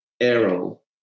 Errol